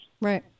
Right